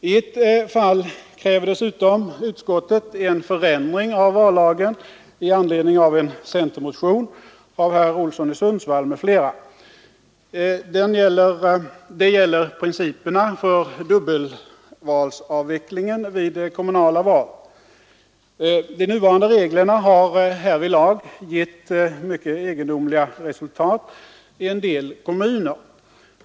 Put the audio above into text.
I ett fall kräver dessutom utskottet en förändring av vallagen i anledning av en centermotion av herr Olsson i Sundsvall m.fl. Det gäller principerna för dubbelvalsavvecklingen vid kommunala val. De nuvarande reglerna har härvidlag gett mycket egendomliga resultat i en del kommuner.